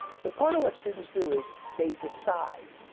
so part of what students do is they decide,